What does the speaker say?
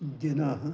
जनाः